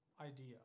idea